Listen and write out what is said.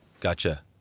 Gotcha